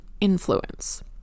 influence